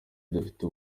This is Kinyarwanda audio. dufite